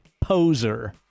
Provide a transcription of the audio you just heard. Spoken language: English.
poser